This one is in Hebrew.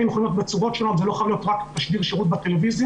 שיכולים להיות בצורות שונות ולא חייב להיות רק תשדיר שירות בטלוויזיה,